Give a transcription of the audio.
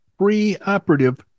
preoperative